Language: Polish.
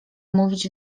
mówić